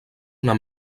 una